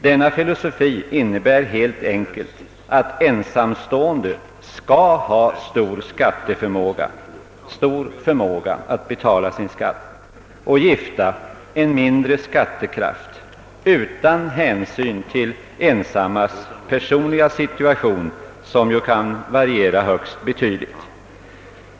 Denna filosofi innebär att ensamstående skall ha stor skatteförmåga och gifta en mindre skattekraft utan att hänsyn tas till de ensammas personliga situation som kan variera högst betydligt.